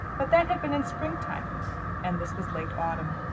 but that had been in springtime and this was late autumn,